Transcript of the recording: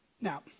Now